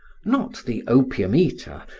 not the opium-eater,